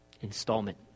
Installment